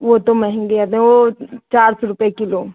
वो तो महंगी है दे वो चार सौ रुपये किलो